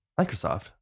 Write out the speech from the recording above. Microsoft